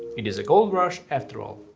it is a gold rush after all.